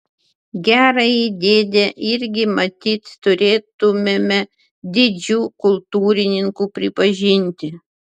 gerąjį dėdę irgi matyt turėtumėme didžiu kultūrininku pripažinti